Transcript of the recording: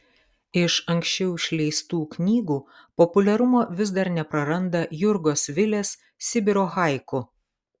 iš anksčiau išleistų knygų populiarumo vis dar nepraranda jurgos vilės sibiro haiku